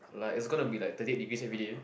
like it's gonna be like thirty eight degrees every day